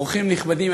אורחים נכבדים,